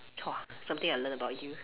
!whoa! something I learn about you